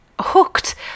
hooked